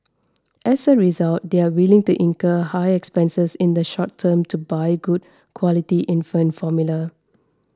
as a result they are willing to incur high expenses in the short term to buy good quality infant formula